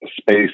space